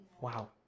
Wow